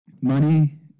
Money